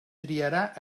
triarà